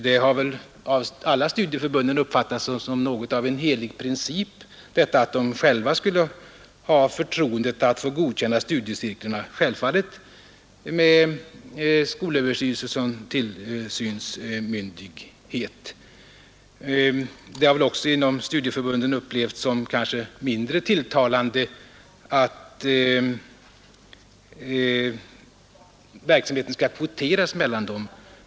Det har av alla studieförbund uppfattats som något av en helig princip att de själva skulle ha förtroendet att godkänna studiecirklarna, självfallet med skolöverstyrelsen som tillsynsmyndighet. Det har också inom studieförbunden upplevts som mindre tilltalande att verksamheten skall kvoteras mellan dem.